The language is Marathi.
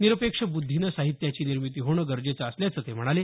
निरपेक्ष बुद्धीनं साहित्याची निर्मिती होणं गरजेचं असल्याचं ते म्हणाले